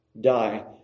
die